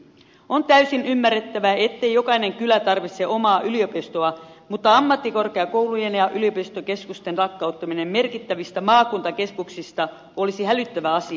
on täysin ymmärrettävää ettei jokainen kylä tarvitse omaa yliopistoa mutta ammattikorkeakoulujen ja yliopistokeskusten lakkauttaminen merkittävistä maakuntakeskuksista olisi hälyttävä asia